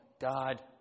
God